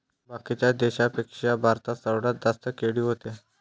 बाकीच्या देशाइंपेक्षा भारतात सर्वात जास्त केळी व्हते